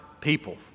people